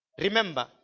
Remember